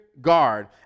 Guard